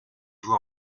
vous